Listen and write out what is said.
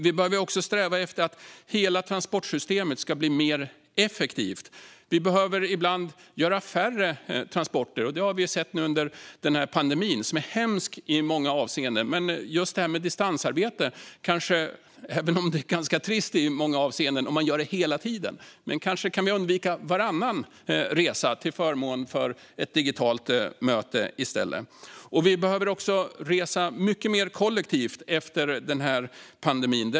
Vi behöver också sträva efter att hela transportsystemet ska bli mer effektivt. Vi behöver ibland göra färre transporter. Det har vi sett nu under pandemin. Den är hemsk i många avseenden. Men den har lett distansarbete, även om det kanske är trist i många avseenden om man gör det hela tiden. Kanske kan vi undvika varannan resa till förmån för ett digitalt möte i stället. Vi behöver också resa mycket mer kollektivt efter pandemin.